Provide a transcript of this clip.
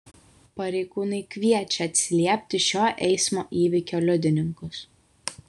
pareigūnai kviečia atsiliepti šio eismo įvykio liudininkus